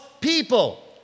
people